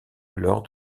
lors